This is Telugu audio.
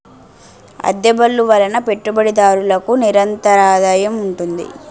అద్దె బళ్ళు వలన పెట్టుబడిదారులకు నిరంతరాదాయం ఉంటుంది